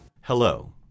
Hello